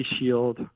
shield